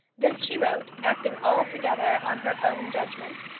this she wrote, acting altogether on her own judgment,